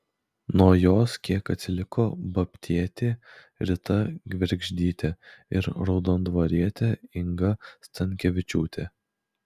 nuo jos kiek atsiliko babtietė rita gvergždytė ir raudondvarietė inga stankevičiūtė